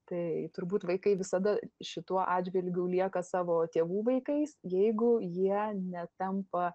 tai turbūt vaikai visada šituo atžvilgiu lieka savo tėvų vaikais jeigu jie netampa